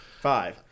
Five